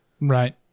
Right